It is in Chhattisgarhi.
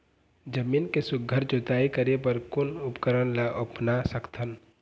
जमीन के सुघ्घर जोताई करे बर कोन उपकरण ला अपना सकथन?